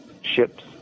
ships